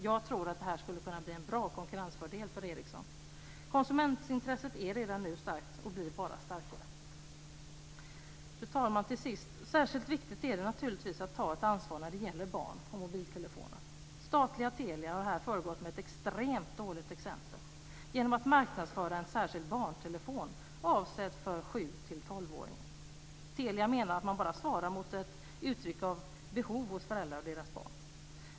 Jag tror att det här skulle kunna bli en bra konkurrensfördel för Ericsson. Konsumentintresset är redan nu starkt, och det blir bara starkare. Till sist, fru talman, är det naturligtvis särskilt viktigt att ta ett ansvar när det gäller barn och mobiltelefoner. Statliga Telia har här föregått med extremt dåligt exempel genom att marknadsföra en särskild "barntelefon" avsedd för 7-12-åringar. Telia menar att man bara svarar mot ett uttryckt behov hos föräldrar och deras barn.